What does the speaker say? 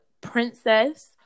Princess